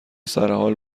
سرحال